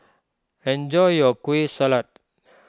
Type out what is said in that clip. enjoy your Kueh Salat